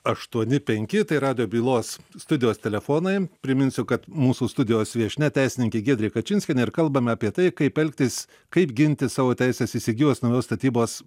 aštuoni penki radijo bylos studijos telefonai priminsiu kad mūsų studijos viešnia teisininkė giedrė kačinskienė ir kalbame apie tai kaip elgtis kaip ginti savo teises įsigijus naujos statybos